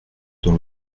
dans